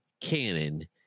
canon